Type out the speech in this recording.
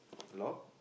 lock